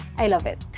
i love it.